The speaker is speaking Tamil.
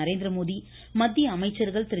நரேந்திரமோதி மத்திய அமைச்சர்கள் திரு